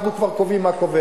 אנחנו כבר קובעים מה קובע.